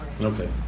okay